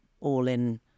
all-in